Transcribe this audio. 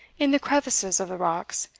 in the crevices of the rocks,